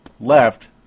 left